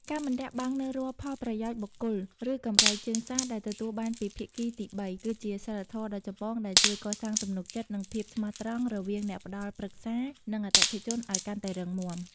ការមិនលាក់បាំងនូវរាល់ផលប្រយោជន៍បុគ្គល ឬកម្រៃជើងសារដែលទទួលបានពីភាគីទីបី គឺជាសីលធម៌ដ៏ចម្បងដែលជួយកសាងទំនុកចិត្ត និងភាពស្មោះត្រង់រវាងអ្នកផ្ដល់ប្រឹក្សា និងអតិថិជនឱ្យកាន់តែរឹងមាំ។